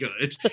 good